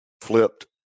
flipped